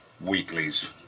Weeklies